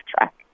track